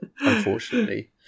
unfortunately